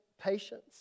patience